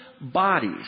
bodies